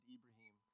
Ibrahim